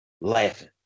laughing